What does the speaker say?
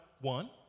one